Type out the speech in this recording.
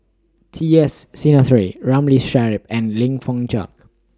T S Sinnathuray Ramli Sarip and Lim Fong Jock David